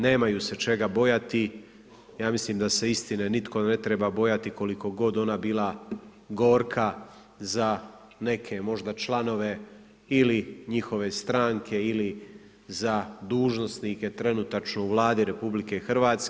Nemaju se čega bojati, ja mislim da se istine nitko ne treba bojati koliko god ona bila gorka za neke možda članove ili njihove stranke ili za dužnosnike trenutačno u Vladi RH.